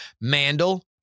Mandel